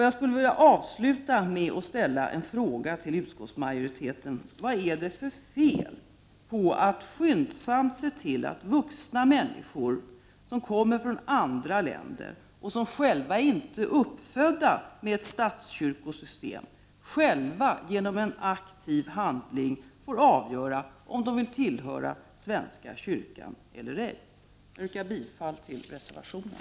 Jag skulle vilja avsluta med att ställa en fråga till utskottsmajoriteten. Vad är det för fel på att skyndsamt se till att vuxna människor som kommer från andra länder och som själva inte är uppfödda med ett statskyrkosystem själva genom en aktiv handling får avgöra om de vill tillhöra svenska kyrkan eller ej? Jag yrkar bifall till reservationen.